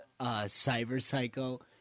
cyber-psycho